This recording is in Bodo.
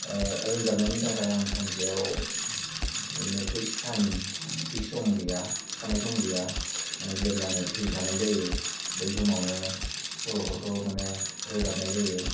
रोजाबनायनि थाखाय आं सानसेयाव ओरैनो पिक्स टाइम पिक्स सम गैया थिखानाय सम गैया मानि जेब्लानो फ्रि थानाय जायो बै समावनो सल'फोरखौ माने रोजाबनाय जायो